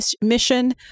Mission